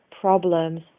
problems